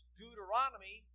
Deuteronomy